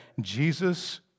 Jesus